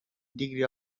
degree